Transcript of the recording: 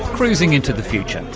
cruising into the future.